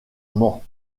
mans